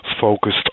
focused